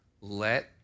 let